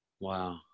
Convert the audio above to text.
Wow